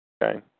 Okay